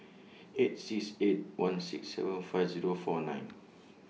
eight six eight one six seven five Zero four nine